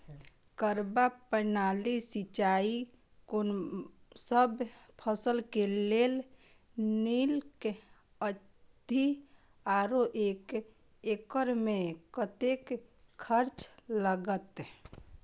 फब्बारा प्रणाली सिंचाई कोनसब फसल के लेल नीक अछि आरो एक एकर मे कतेक खर्च लागत?